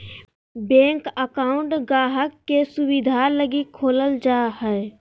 bank account गाहक़ के सुविधा लगी खोलल जा हय